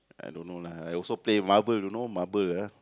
I don't know lah I also play marble you know marble ah